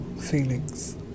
feelings